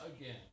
again